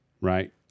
right